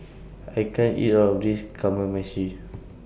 I can't eat All of This Kamameshi